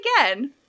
again